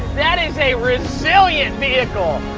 that is a resilient vehicle!